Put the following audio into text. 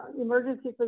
emergency